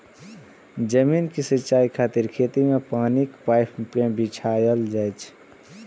जमीन के सिंचाइ खातिर खेत मे पानिक पाइप कें बिछायल जाइ छै